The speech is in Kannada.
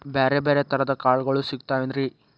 ಬ್ಯಾರೆ ಬ್ಯಾರೆ ತರದ್ ಕಾಳಗೊಳು ಸಿಗತಾವೇನ್ರಿ?